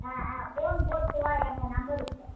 ஆ ஆ போனு போட்டு வா எங்கள் நம்பருக்கு